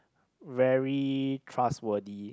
very trustworthy